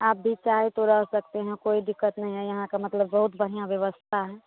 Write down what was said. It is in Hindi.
आप भी चाहे तो रह सकते हैं कोई दिक्कत नहीं है यहाँ के मतलब बहुत बढ़िया व्यवस्था है